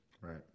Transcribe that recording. Right